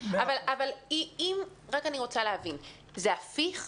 רק אני רוצה להבין, זה הפיך?